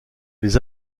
les